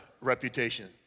reputation